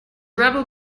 rebel